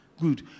good